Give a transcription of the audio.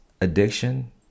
addiction